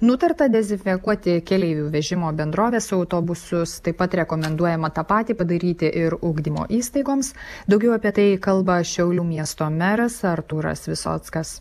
nutarta dezinfekuoti keleivių vežimo bendrovės autobusus taip pat rekomenduojama tą patį padaryti ir ugdymo įstaigoms daugiau apie tai kalba šiaulių miesto meras artūras visockas